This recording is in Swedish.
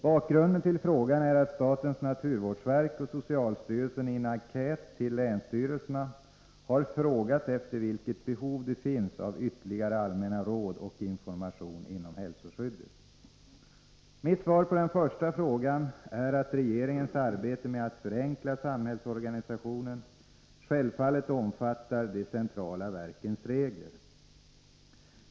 Bakgrunden till frågan är att statens naturvårdsverk och socialstyrelsen i en enkät till länsstyrelserna har frågat efter vilket behov det finns av ytterligare allmänna råd och information inom hälsoskyddet. Mitt svar på den första frågan är att regeringens arbete med att förenkla samhällsorganisationen självfallet omfattar de centrala verkens regler.